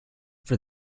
for